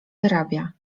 wyrabia